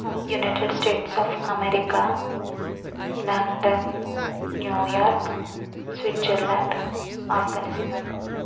United States of America London New York Switzerland Afghanistan